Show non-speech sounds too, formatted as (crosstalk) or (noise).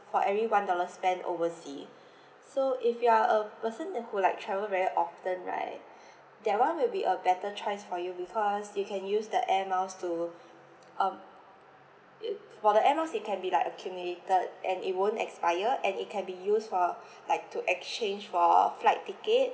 for every one dollar spend oversea (breath) so if you are a person that who like travel very often right (breath) that one will be a better choice for you because you can use the air miles to um (noise) for the air miles it can be like accumulated and it won't expire and it can be used for (breath) like to exchange for flight ticket